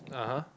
(uh huh)